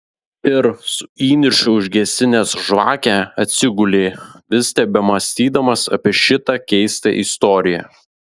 ir su įniršiu užgesinęs žvakę atsigulė vis tebemąstydamas apie šitą keistą istoriją